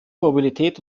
mobilität